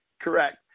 correct